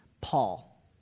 Paul